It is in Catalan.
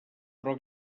però